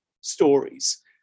stories